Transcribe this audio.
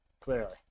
clearly